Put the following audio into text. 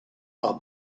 are